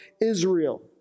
Israel